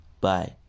Bye